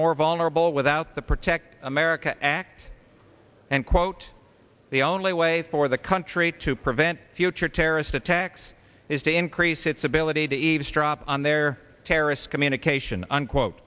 more vulnerable without the protect america act and quote the only way for the country to prevent future terrorist attacks is to increase its ability to eavesdrop on their terrorist communication unquote